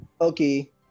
Okay